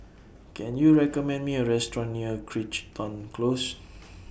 Can YOU recommend Me A Restaurant near Crichton Close